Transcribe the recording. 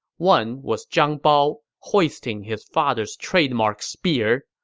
one was zhang bao, hoisting his father's trademark spear.